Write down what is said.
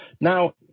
Now